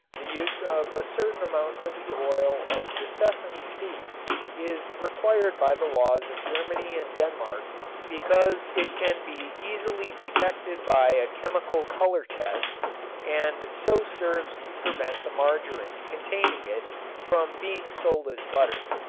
the use of a certain amount of the oil of the sesame seed is required by the laws of germany and denmark because it can be easily detected by a chemical color test and so serves to prevent the margarin containing it from being sold as butter.